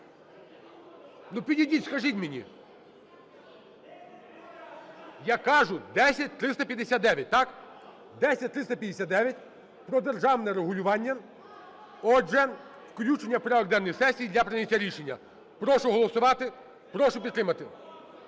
Підійдіть, скажіть мені. Я кажу - 10359, так? 10359 - про державне регулювання. Отже, включення в порядок денний сесії для прийняття рішення. Прошу голосувати, прошу підтримати.